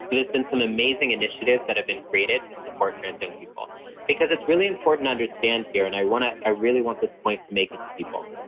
there's been some amazing initiatives that have been created to support trans young people because it's really important understand here and i want to, i really want this point to make it to people.